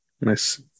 nice